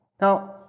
Now